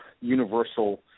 universal –